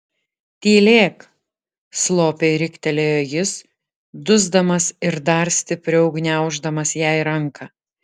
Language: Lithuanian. tylėk slopiai riktelėjo jis dusdamas ir dar stipriau gniauždamas jai ranką